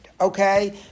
okay